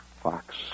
fox